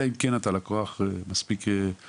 אלא אם כן אתה לקוח מספיק גדול